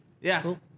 Yes